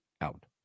out